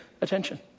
attention